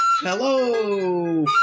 Hello